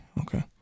Okay